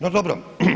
No dobro.